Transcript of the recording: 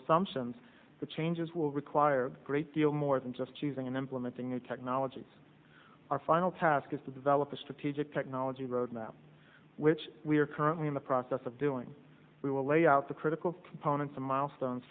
assumptions the changes will require a great deal more than just choosing and implementing new technologies our final task is to develop a strategic technology roadmap which we are currently in the process of doing we will lay out the critical components of milestones